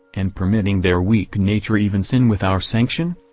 and permitting their weak nature even sin with our sanction.